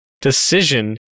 decision